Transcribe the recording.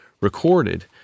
recorded